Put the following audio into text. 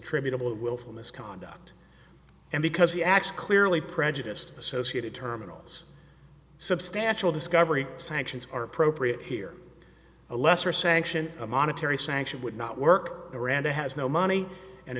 attributable willful misconduct and because the acts clearly prejudiced associated terminals substantial discovery sanctions are appropriate here a lesser sanction a monetary sanction would not work iran has no money and